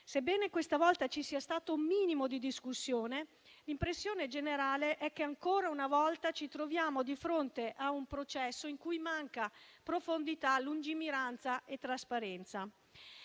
Sebbene questa volta ci sia stato un minimo di discussione, l'impressione generale è che ancora una volta ci troviamo di fronte a un processo in cui mancano profondità, lungimiranza e trasparenza.